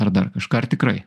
ar dar kažką ar tikrai